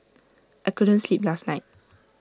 I couldn't sleep last night